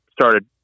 started